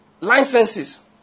licenses